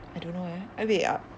I don't know eh eh wait